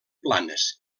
planes